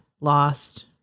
lost